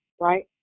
right